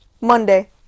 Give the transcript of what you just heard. Monday